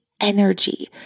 energy